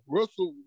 Russell